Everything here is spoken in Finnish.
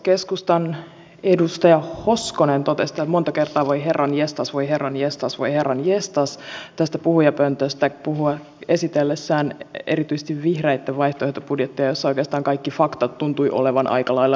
keskustan edustaja hoskonen totesi täällä monta kertaa että voi herranjestas voi herranjestas voi herranjestas tästä puhujapöntöstä esitellessään erityisesti vihreitten vaihtoehtobudjettia jossa oikeastaan faktat tuntuivat olevan aika lailla metsässä